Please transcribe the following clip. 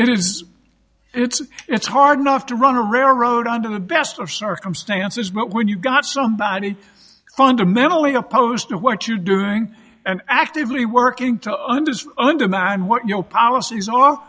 it is it's it's hard enough to run a railroad under the best of circumstances but when you've got somebody fundamentally opposed to what you're doing and actively working to understand and demand what your policies are